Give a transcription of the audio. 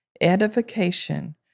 edification